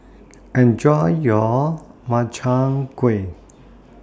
Enjoy your Makchang Gui